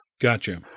gotcha